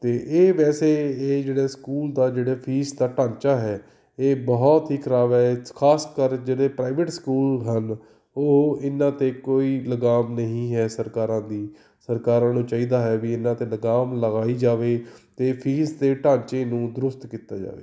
ਅਤੇ ਇਹ ਵੈਸੇ ਇਹ ਜਿਹੜਾ ਸਕੂਲ ਦਾ ਜਿਹੜਾ ਫੀਸ ਦਾ ਢਾਂਚਾ ਹੈ ਇਹ ਬਹੁਤ ਹੀ ਖਰਾਬ ਹੈ ਖਾਸ ਕਰ ਜਿਹੜੇ ਪ੍ਰਾਈਵੇਟ ਸਕੂਲ ਹਨ ਉਹ ਇਹਨਾਂ 'ਤੇ ਕੋਈ ਲਗਾਮ ਨਹੀਂ ਹੈ ਸਰਕਾਰਾਂ ਦੀ ਸਰਕਾਰਾਂ ਨੂੰ ਚਾਹੀਦਾ ਹੈ ਵੀ ਇਹਨਾਂ 'ਤੇ ਲਗਾਮ ਲਗਾਈ ਜਾਵੇ ਅਤੇ ਫੀਸ ਦੇ ਢਾਂਚੇ ਨੂੰ ਦਰੁਸਤ ਕੀਤਾ ਜਾਵੇ